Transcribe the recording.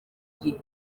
gihe